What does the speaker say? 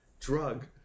drug